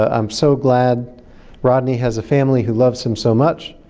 ah i'm so glad rodney has a family who loves him so much,